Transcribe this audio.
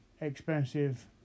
expensive